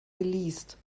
geleast